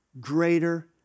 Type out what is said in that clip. Greater